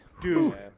Dude